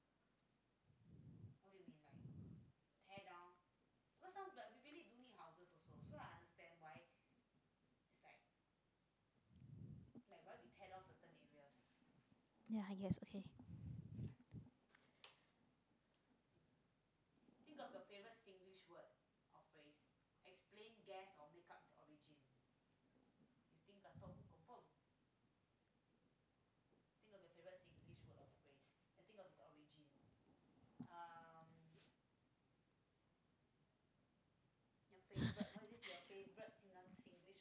ya i guess okay